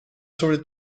sobre